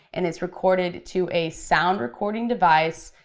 and it's recorded to a sound recording device,